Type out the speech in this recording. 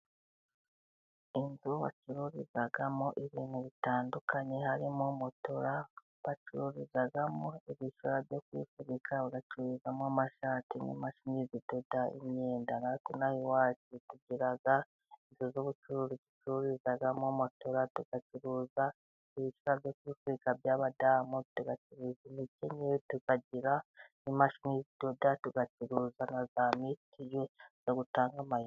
Inzu bacururirizamo ibintu bitandukanye, harimo matola, bacururizamo ibishora byo kwifuka, bagacururizamo amashati, n'imashini zidoda imyenda, natwe inaha iwacu tugira inzu z'ubucuruzi, ducururizamo matora, tugacururiza ni bishora byo kwifuka by'abadamu, ducuruza imikenyero, tukagira n'imashini idoda, tugacuruza na mitiyu yo gutanga amainite.